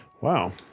Wow